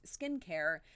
skincare